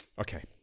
okay